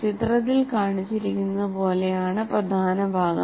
ചിത്രത്തിൽ കാണിച്ചിരിക്കുന്നതുപോലെ ആണ് പ്രധാന ഭാഗം